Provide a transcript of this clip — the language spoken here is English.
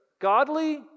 godly